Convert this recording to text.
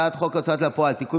אני קובע שהצעת חוק המקרקעין (תיקון